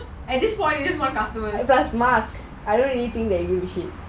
at this point you just one customer